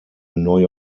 neue